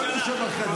כל מי שבחדר.